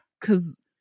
cause